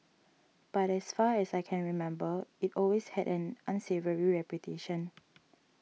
but as far as I can remember it always had an unsavoury reputation